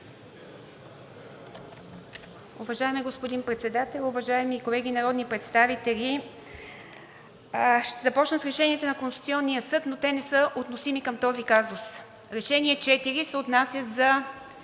Уважаеми господин Председател, уважаеми колеги народни представители! Ще започна с решенията на Конституционния съд, но те не са относими към този казус. Решение № 4 се отнася за